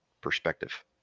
perspective